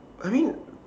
I mean